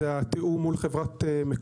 זה התיאום מול חברת מקורות.